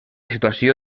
situació